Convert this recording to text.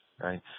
Right